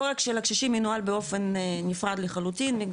תור של הקשישים מנוהל באופן נפרד לחלוטין.